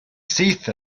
syth